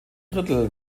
drittel